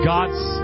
God's